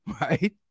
right